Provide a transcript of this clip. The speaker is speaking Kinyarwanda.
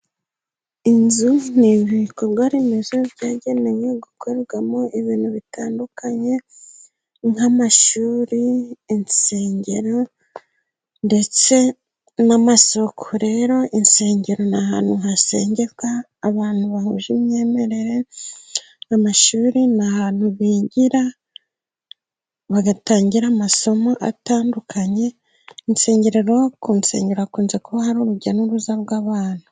Inzu ni ibikorwa remezo byagenewe gukorwamo ibintu bitandukanye, nk'amashuri, insengero, ndetse n'amasoko. rero insengero ni ahantu hasengerwa abantu bahuje imyemerere, amashuri ni ahantu bigira bagatangira amasomo atandukanye, insengero rero ku nsengeraro hakunze kuba hari urujya n'uruza rw'abantu.